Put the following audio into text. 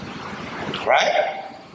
Right